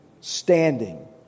standing